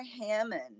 Hammond